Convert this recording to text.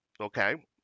okay